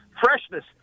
freshness